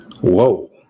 Whoa